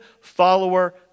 follower